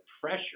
pressure